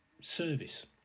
service